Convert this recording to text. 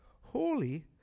holy